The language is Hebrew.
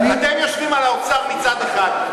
אתם יושבים על האוצר מצד אחד,